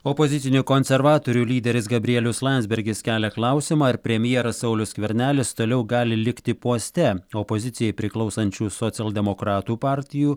opozicinių konservatorių lyderis gabrielius landsbergis kelia klausimą ar premjeras saulius skvernelis toliau gali likti poste opozicijai priklausančių socialdemokratų partijų